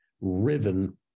riven